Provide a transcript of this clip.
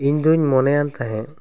ᱤᱧ ᱫᱚᱧ ᱢᱚᱱᱮᱭᱟᱱ ᱛᱟᱦᱮᱸ